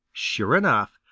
sure enough,